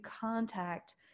contact